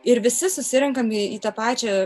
ir visi susirenkam į tą pačią